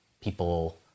people